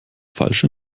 falsch